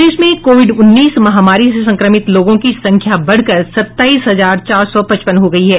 प्रदेश में कोविड उन्नीस महामारी से संक्रमित लोगों की संख्या बढ़कर सताईस हजार चार सौ पचपन हो गयी है